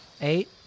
Eight